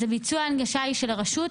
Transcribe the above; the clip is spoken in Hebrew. אז ביצוע ההנגשה היא של הרשות?